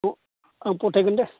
औ आं फथायगोन दे